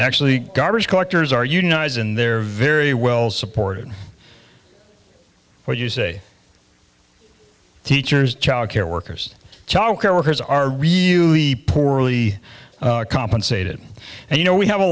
actually garbage collectors are unionized and they're very well supported where you say teachers childcare workers childcare workers are really poorly compensated and you know we have a